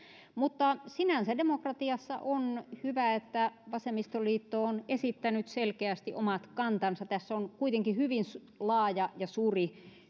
mutta sinänsä demokratiassa on hyvä että vasemmistoliitto on esittänyt selkeästi omat kantansa tässä on kuitenkin hyvin laaja ja suuri